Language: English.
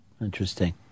interesting